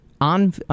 on